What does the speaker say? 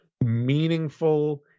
meaningful